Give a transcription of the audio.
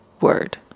word